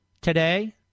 today